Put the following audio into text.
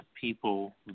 people